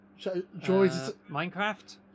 Minecraft